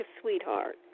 sweetheart